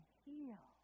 heal